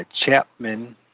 Chapman